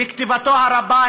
בכתיבתו הרבה,